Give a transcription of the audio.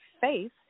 faith